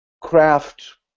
craft